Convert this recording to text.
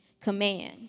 command